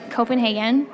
Copenhagen